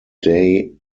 day